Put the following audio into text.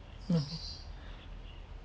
mm